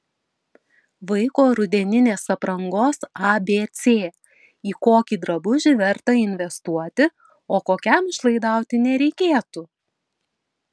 vaiko rudeninės aprangos abc į kokį drabužį verta investuoti o kokiam išlaidauti nereikėtų